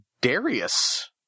Darius